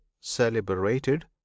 celebrated